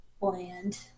bland